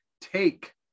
take